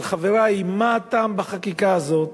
אבל, חברי, מה הטעם בחקיקה הזאת